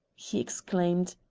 he exclaimed.